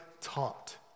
taught